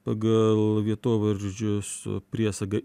pagal vietovardžių su priesaga